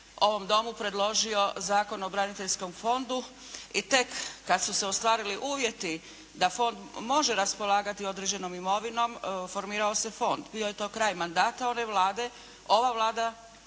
ovom Domu predložio Zakon o braniteljskom fondu i tek kad su se ostvarili uvjeti da fond može raspolagati određenom imovinom, formirao se fond. Bio je to kraj mandata one Vlade, ova Vlada